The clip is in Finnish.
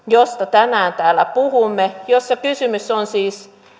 josta tänään täällä puhumme jossa kysymys on siis